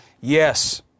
Yes